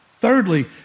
Thirdly